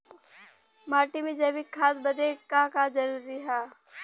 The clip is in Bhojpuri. माटी में जैविक खाद बदे का का जरूरी ह?